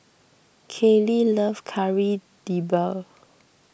Kallie loves Kari Debal